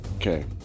Okay